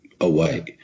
away